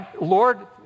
Lord